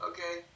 Okay